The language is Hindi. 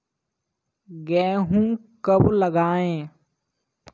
गेहूँ कब लगाएँ?